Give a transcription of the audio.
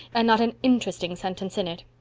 and not an interesting sentence in it.